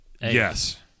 Yes